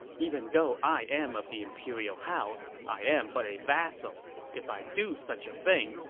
even though i am of the imperial house, i am but a vassal. if i do such a thing,